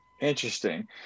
Interesting